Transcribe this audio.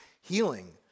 healing